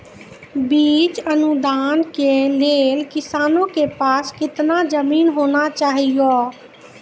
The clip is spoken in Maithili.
बीज अनुदान के लेल किसानों के पास केतना जमीन होना चहियों?